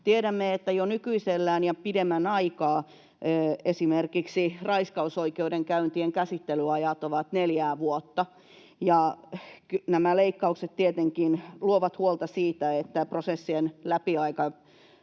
Tiedämme, että jo nykyisellään ja pidemmän aikaa esimerkiksi raiskausoikeudenkäyntien käsittelyajat ovat neljää vuotta, ja nämä leikkaukset tietenkin luovat huolta siitä, että prosessien läpimenoajat